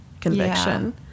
conviction